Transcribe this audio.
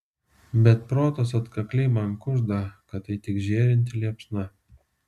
bet protas atkakliai man kužda kad tai tik žėrinti liepsna